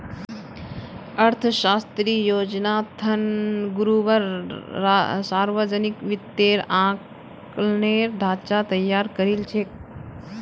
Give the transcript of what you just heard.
अर्थशास्त्री Jonathan Gruber सावर्जनिक वित्तेर आँकलनेर ढाँचा तैयार करील छेक